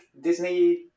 Disney